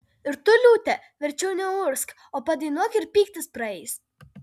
ir tu liūte verčiau neurgzk o padainuok ir pyktis praeis